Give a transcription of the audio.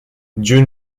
dieu